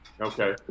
Okay